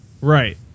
right